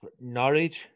Norwich